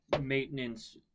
maintenance